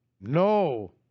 No